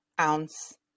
ounce